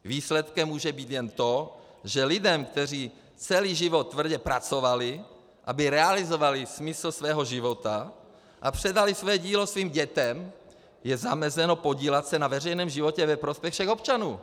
Výsledkem může být jen to, že lidem, kteří celý život tvrdě pracovali, aby realizovali smysl svého života a předali své dílo svým dětem, je zamezeno se podílet na veřejném životě ve prospěch všech občanů.